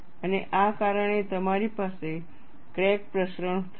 અને આ કારણે તમારી પાસે ક્રેક પ્રસરણ હશે